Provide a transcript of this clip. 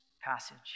passage